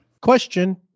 Question